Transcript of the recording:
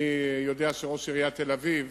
אני יודע שראש עיריית תל-אביב